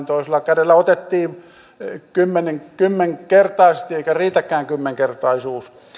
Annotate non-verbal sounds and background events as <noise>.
<unintelligible> toisella kädellä otettiin kymmenkertaisesti eikä riitäkään kymmenkertaisuus